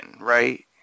right